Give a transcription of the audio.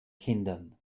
kindern